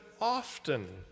often